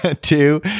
Two